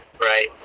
Right